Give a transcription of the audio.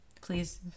Please